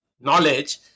knowledge